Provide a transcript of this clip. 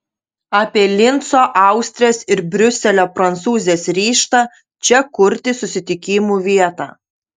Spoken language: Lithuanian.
apie linco austrės ir briuselio prancūzės ryžtą čia kurti susitikimų vietą